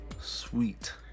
Sweet